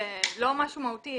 לא משהו מהותי.